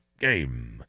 game